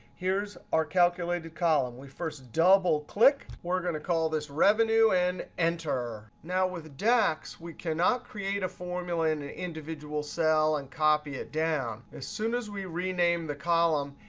here's our calculated column. we first double click. we're going to call this revenue, and enter. now with the dax, we cannot create a formula in an individual cell and copy it down. as soon as we rename the column,